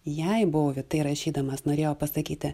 jai bouvi tai rašydamas norėjo pasakyti